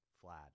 flat